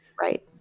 Right